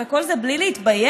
וכל זה בלי להתבייש.